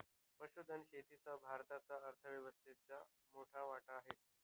पशुधन शेतीचा भारताच्या अर्थव्यवस्थेत मोठा वाटा आहे